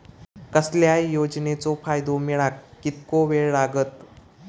कसल्याय योजनेचो फायदो मेळाक कितको वेळ लागत?